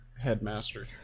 headmaster